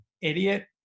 idiot